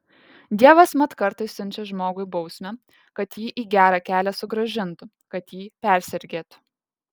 dievas mat kartais siunčia žmogui bausmę kad jį į gerą kelią sugrąžintų kad jį persergėtų